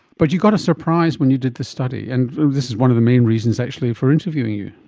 but you got a surprise when you did this study, and this is one of the main reasons actually for interviewing you.